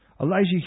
Elijah